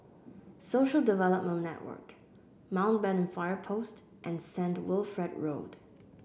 Social Development Network Mountbatten Fire Post and Saint Wilfred Road